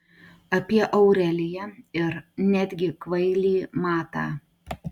apie aureliją ir netgi apie kvailį matą